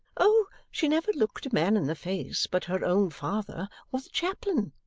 oh, she never looked a man in the face but her own father or the chaplain,